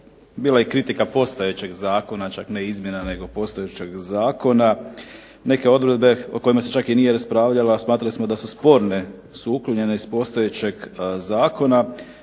bio je kritika postojećeg zakona čak ne izmjena nego postojećeg zakona. Neke odredbe o kojima se čak nije raspravljalo a smatrali smo da su sporne su uklonjene iz postojećeg zakona